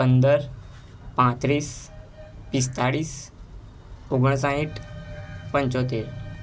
પંદર પાંત્રીસ પિસ્તાળીસ ઓગણસાઠ પંચોતેર